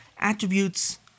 attributes